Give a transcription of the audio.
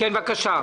לחקיקה,